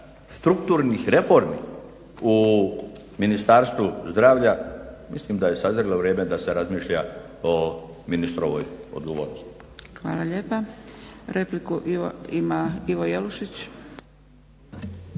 strukturnih reformi u Ministarstvu zdravlja mislim da je sazrelo vrijeme da se razmišlja o ministrovoj odgovornosti. **Zgrebec, Dragica (SDP)** Hvala lijepa. Repliku ima Ivo Jelušić.